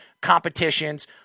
competitions